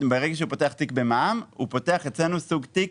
ברגע שהוא פותח תיק במע"מ הוא פותח אצלנו סוג תיק,